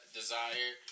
desire